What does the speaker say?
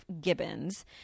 Gibbons